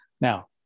now